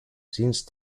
since